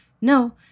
No